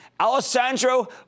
Alessandro